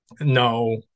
No